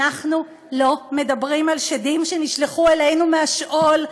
אנחנו לא מדברים על שדים שנשלחו אלינו מהשאול,